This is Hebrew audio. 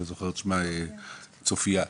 צופיה,